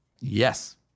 yes